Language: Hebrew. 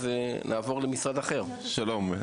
שלום,